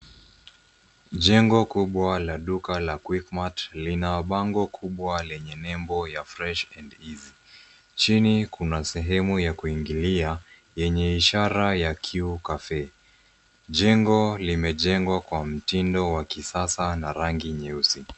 Jengo kubwa la duka la Quickmart lina bango kubwa lenye nembo ya Fresh & Easy. Chini kuna sehemu ya kuingilia yenye ishara ya Qcafe. Jengo limejengwa kwa mtindo wa kisasa na rangi nyeusi.